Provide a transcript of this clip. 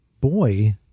boy